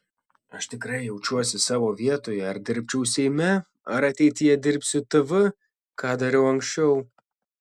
aš tikrai jaučiuosi savo vietoje ar dirbčiau seime ar ateityje dirbsiu tv ką dariau anksčiau